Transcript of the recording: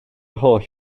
holl